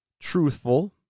truthful